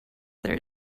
there